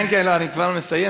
כן, כן, אני כבר מסיים.